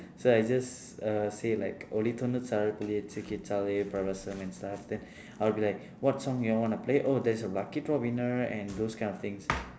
so I just uh say like ஒலி தொன்னுத்தி ஆறு புள்ளி எட்டு கேட்டாலே பரவசம்:oli thonnuththi aaru pulli etdu keetdaalee paravasam then I would be like what songs you wanna play oh there is a lucky draw winner and those kind of things